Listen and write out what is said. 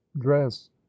dress